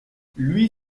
lui